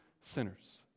sinners